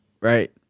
right